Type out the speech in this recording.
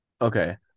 Okay